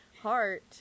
Heart